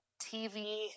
TV